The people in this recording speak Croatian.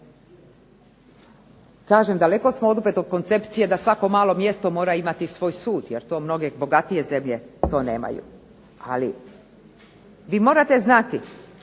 Kažem daleko smo opet od koncepcije da svako malo mjesto mora imati svoj sud jer to mnoge bogatije zemlje to nemaju, ali vi morate znati